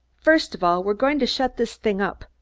first of all, we're going to shut this thing up.